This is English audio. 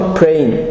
praying